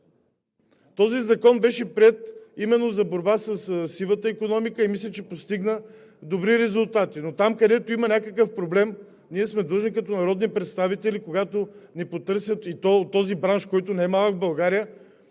Този закон беше приет именно за борба със сивата икономика и мисля, че постигна добри резултати. Но там, където има някакъв проблем, ние сме длъжни като народни представители, когато ни потърсят, и то от този бранш, който не е малък в България,